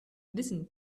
wissen